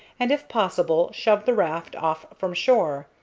and, if possible, shove the raft off from shore,